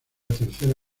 tercera